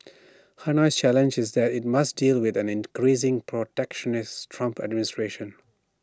Hanoi's challenge is that IT must deal with an increasingly protectionist Trump administration